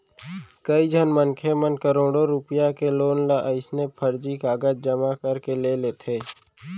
कइझन मनखे मन करोड़ो रूपिया के लोन ल अइसने फरजी कागज जमा करके ले लेथे